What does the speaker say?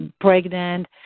pregnant